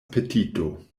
apetito